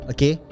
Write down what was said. Okay